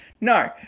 No